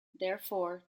therefore